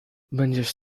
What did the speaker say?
będziesz